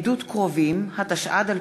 (עדות קרובים), התשע"ד 2013,